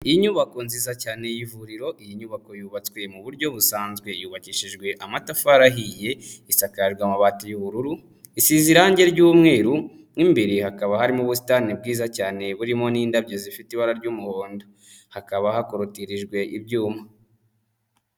Inyubako nziza cyane yivuriro iyi nyubako yubatswe mu buryo busanzwe yubakishijwe amatafa yarahiye, isakajwe amabati y'ubururu, itize irangi ryyumweru mo imbiri hakaba harimo ubutani bwiza cyane burimo n'indabyo zifite ibara ry'umuhondo. Hakaba hakorotirijwe ibyuma.